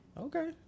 okay